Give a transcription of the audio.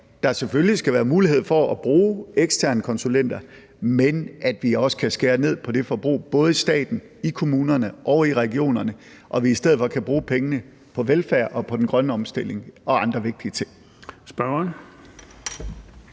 der selvfølgelig skal være mulighed for at bruge eksterne konsulenter, men at vi også kan skære ned på det forbrug både i staten, i kommunerne og i regionerne, og at vi i stedet for kan bruge pengene på velfærd og den grønne omstilling og andre vigtige ting.